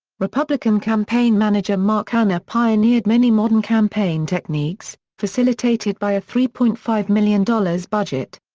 republican campaign manager mark hanna pioneered many modern campaign techniques, facilitated by a three point five million dollars budget.